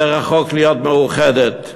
וזה רחוק מלהיות מאוחדת.